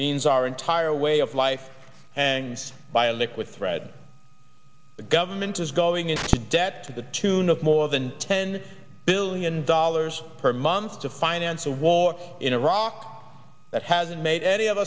means our entire way of life and by a liquid thread the government is going into debt to the tune of more than ten billion dollars per month to finance a war in iraq that hasn't made any of